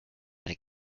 mehr